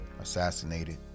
Assassinated